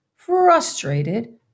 frustrated